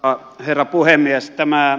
arvoisa herra puhemies